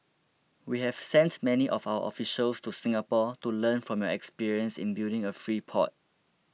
we have sent many of our officials to Singapore to learn from your experience in building a free port